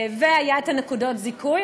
והיו נקודות הזיכוי,